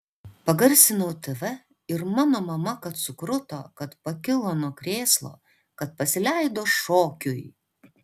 pagarsinau tv ir mano mama kad sukruto kad pakilo nuo krėslo kad pasileido šokiui